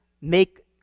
make